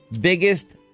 biggest